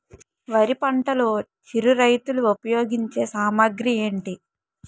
వరి పంటలో చిరు రైతులు ఉపయోగించే సామాగ్రి ఏంటి?